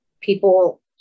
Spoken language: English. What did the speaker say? people